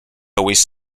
always